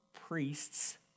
priests